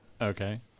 Okay